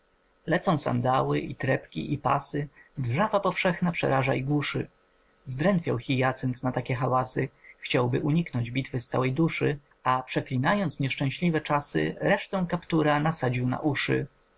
lecą sandały i trepki i pasy wrzawa powszechna przeraża i głuszy zdrętwiał hyacynt na takie hałasy chciałby uniknąć bitwy z całej duszy a przeklinając nieszczęśliwe czasy resztę kaptura nasadził na uszy